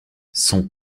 son